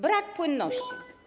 Brak płynności.